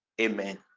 amen